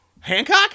Hancock